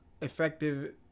effective